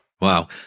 Wow